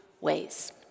ways